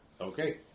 Okay